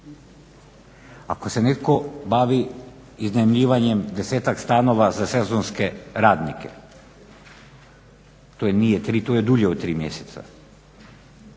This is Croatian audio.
Ako se netko bavi iznajmljivanjem 10-ak stanova za sezonske radnike, to nije tri, to je dulje od tri mjeseca,